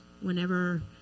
Whenever